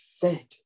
fed